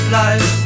life